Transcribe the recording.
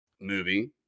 movie